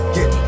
Get